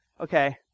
okay